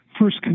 first